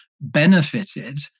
benefited